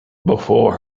before